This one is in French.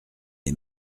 est